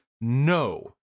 no